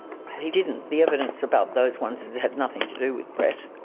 he didn't. the evidence about those ones had nothing to do with brett.